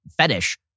fetish